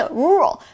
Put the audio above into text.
rural